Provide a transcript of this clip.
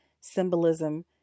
symbolism